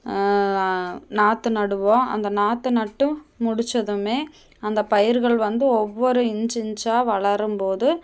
நாற்று நடுவோம் அந்த நாத்தை நட்டும் முடிச்சதுமே அந்த பயிர்கள் வந்து ஒவ்வொரு இன்ச்சு இன்ச்சாக வளரும்போது